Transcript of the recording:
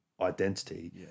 identity